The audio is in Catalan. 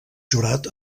jurat